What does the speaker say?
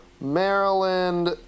Maryland